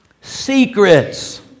Secrets